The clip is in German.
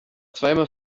zweimal